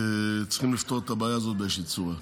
צריכים לפתור את הבעיה הזאת באיזושהי צורה,